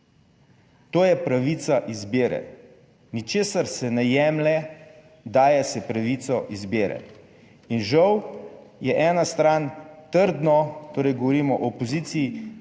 To je pravica izbire. Ničesar se ne jemlje, daje se pravico izbire in žal je ena stran trdno, torej govorimo o opoziciji